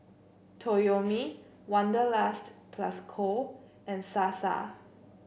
Toyomi Wanderlust Plus Co and Sasa